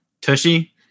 tushy